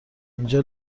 اینجا